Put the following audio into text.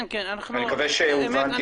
אני מקווה שהובנתי.